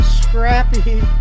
scrappy